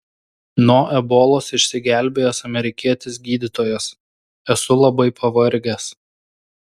nuo ebolos išsigelbėjęs amerikietis gydytojas esu labai pavargęs